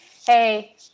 hey